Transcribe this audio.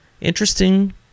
Interesting